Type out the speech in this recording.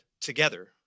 together